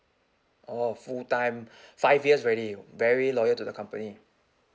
orh full time five years already very loyal to the company